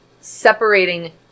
separating